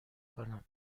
کنم